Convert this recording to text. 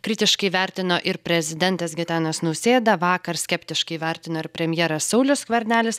kritiškai vertino ir prezidentas gitanas nausėda vakar skeptiškai vertino ir premjeras saulius skvernelis